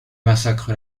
massacre